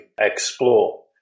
explore